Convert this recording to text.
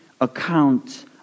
account